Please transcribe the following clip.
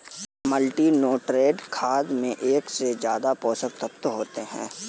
multinutrient खाद में एक से ज्यादा पोषक तत्त्व होते है